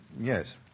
Yes